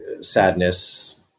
sadness